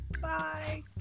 Bye